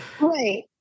Right